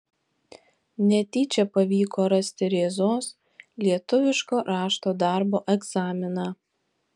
netyčia pavyko rasti rėzos lietuviško rašto darbo egzaminą